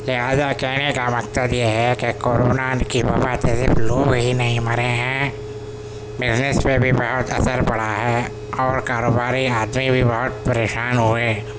لہٰذا کہنے کا مقصد یہ ہے کہ کورونا کی وبا سے صرف لوگ ہی نہیں مرے ہیں بزنس پہ بھی بہت اثر پڑا ہے اور کاروباری آدمی بھی بہت پریشان ہوئے